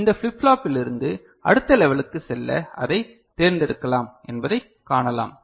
எனவே இந்த ஃபிளிப் ஃப்ளாப்பிலிருந்து அடுத்த லெவலுக்கு செல்ல அதைத் தேர்ந்தெடுக்கலாம் என்பதைக் காணலாம்